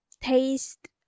taste